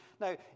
Now